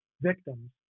victims